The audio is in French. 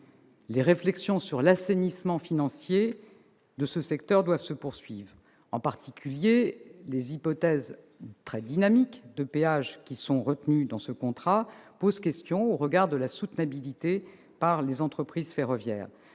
les réflexions sur l'assainissement financier de ce secteur doivent se poursuivre. En particulier, les hypothèses très dynamiques de péage retenues posent question au regard de leur soutenabilité par les entreprises ferroviaires.